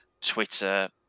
Twitter